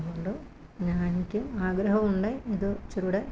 അതുകൊണ്ട് ഞാ എനിക്ക് ആഗ്രഹമുണ്ട് ഇത് ഇച്ചിരൂടെ